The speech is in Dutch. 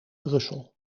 brussel